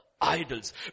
idols